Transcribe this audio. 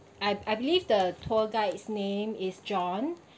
I I believe the tour guide's name is john